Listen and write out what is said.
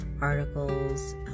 articles